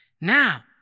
Now